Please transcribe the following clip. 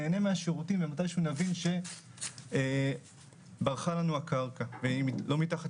נהנה מהשירותים ומתישהו נבין שברחה לנו הקרקע והיא לא מתחת